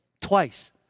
twice